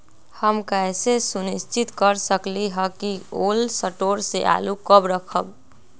हम कैसे सुनिश्चित कर सकली ह कि कोल शटोर से आलू कब रखब?